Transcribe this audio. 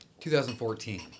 2014